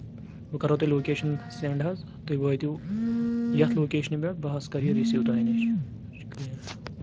بہٕ کَرو تۄہہِ لوکیشن سؠنٛڈ حظ تُہۍ وٲتِو یَتھ لوکیشنہِ پؠٹھ بہٕ حظ کَرٕ یہِ رٔسیٖو تۄہہِ نِش شُکرِیا